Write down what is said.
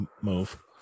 move